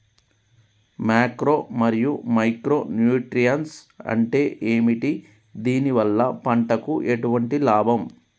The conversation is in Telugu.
మాక్రో మరియు మైక్రో న్యూట్రియన్స్ అంటే ఏమిటి? దీనివల్ల పంటకు ఎటువంటి లాభం?